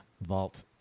vault